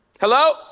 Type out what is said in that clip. Hello